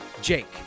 Jake